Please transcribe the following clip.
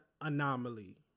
anomaly